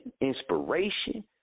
inspiration